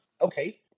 Okay